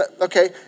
Okay